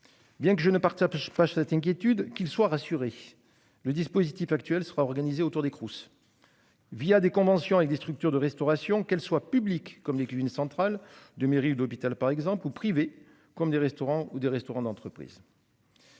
Bien que je ne partirai chauffage cette inquiétude qu'ils soient rassurés. Le dispositif actuel sera organisé autour des Crous. Via des conventions avec des structures de restauration qu'elle soit publiques comme les cuisines centrales de mairie d'hôpital par exemple ou privés comme des restaurants ou des restaurants d'entreprise.